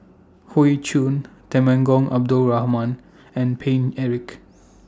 Hoey Choo Temenggong Abdul Rahman and Paine Eric